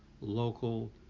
local